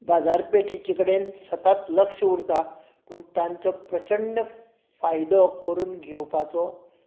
बाजारपेठीचे कडेन सतत लक्ष उरता पूण तांचो प्रचंड फायदो करून घेवपाचो